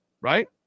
Right